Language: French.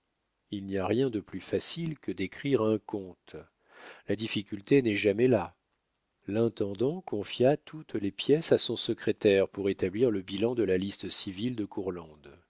il n'y a rien de plus facile que d'écrire un compte la difficulté n'est jamais là l'intendant confia toutes les pièces à son secrétaire pour établir le bilan de la liste civile de